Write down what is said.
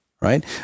right